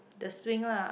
the swing lah